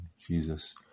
Jesus